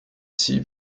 sie